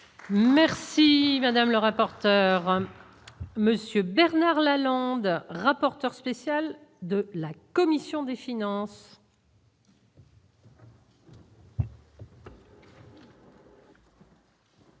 Merci Madame le rapporteur. Monsieur Bernard Lalande, rapporteur spécial de la commission des finances.